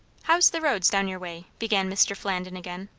how's the roads down your way? began mr. flandin again.